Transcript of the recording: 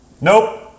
nope